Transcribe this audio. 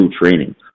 training